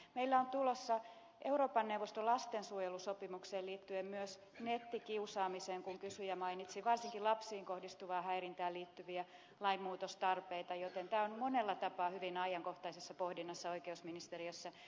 meillä on tulossa euroopan neuvoston lastensuojelusopimukseen liittyen myös nettikiusaamiseen kun kysyjä mainitsi ja varsinkin lapsiin kohdistuvaan häirintään liittyviä lainmuutostarpeita joten tämä on monella tapaa hyvin ajankohtaisessa pohdinnassa oikeusministeriössä